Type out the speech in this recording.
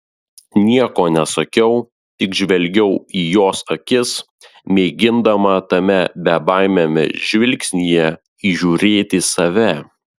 nieko nesakiau tik žvelgiau į jos akis mėgindama tame bebaimiame žvilgsnyje įžiūrėti save